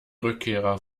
rückkehrer